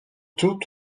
tout